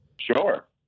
Sure